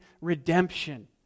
redemption